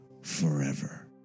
forever